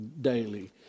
daily